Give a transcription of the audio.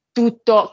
tutto